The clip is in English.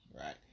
right